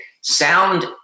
sound